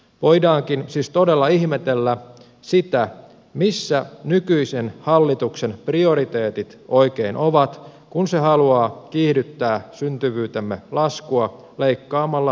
voidaankin siis todella ihmetellä sitä missä nykyisen hallituksen prioriteetit oikein ovat kun se haluaa kiihdyttää syntyvyytemme laskua leikkaamalla lapsilisiä